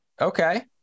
okay